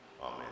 Amen